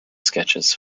sketches